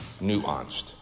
nuanced